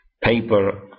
paper